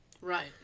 Right